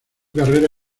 carrera